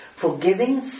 forgiving